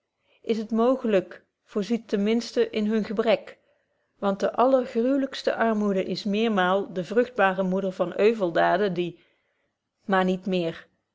is het mooglyk voorziet ten minsten in hun gebrek want de allergruwlykste armoede is meermaal de vrugtbare moeder van euveldaden die maar niet meer